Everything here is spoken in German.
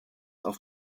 auf